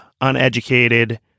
uneducated